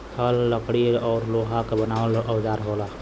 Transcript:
हल लकड़ी औरु लोहा क बनावल औजार होला